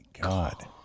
God